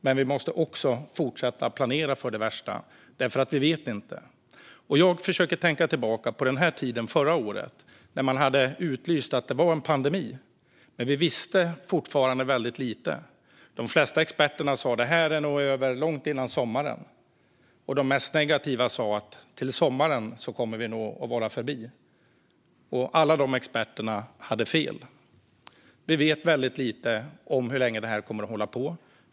Men vi måste också fortsätta att planera för det värsta, eftersom vi inte vet. Jag försöker att tänka tillbaka på den här tiden förra året när man hade förklarat att det var en pandemi, men vi visste fortfarande väldigt lite. De flesta experter sa: Det här är nog över långt innan sommaren. De mest negativa sa: Till sommaren kommer det nog att vara förbi. Alla de experterna hade fel. Vi vet väldigt lite om hur länge det här kommer att hålla på.